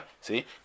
See